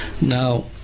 Now